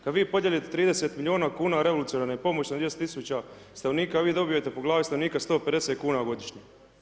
Kada vi podijelite 30 milijuna kuna revolucionarne pomoći na 200 tisuća stanovnika, vi dobijete po glavi stanovnika 150 kuna godišnje.